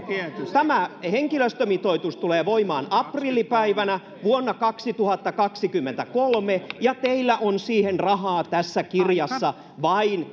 tämä henkilöstömitoitus tulee voimaan aprillipäivänä vuonna kaksituhattakaksikymmentäkolme ja teillä on siihen rahaa tässä kirjassa vain